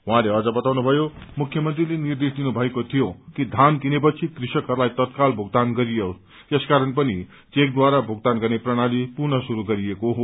उहाँ अम्न बताउनुभयो मुख्यमन्त्रीले निर्देश दिनु भएको थियो कि धान किनेपछि कृषकहस्लाई तत्काल भुक्तान गरियोस् यसकारण पनि चेकद्वारा भुक्तान गर्ने प्रणाली पुनः शुरू गरिएको हो